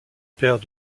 père